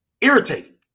irritating